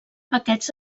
aquests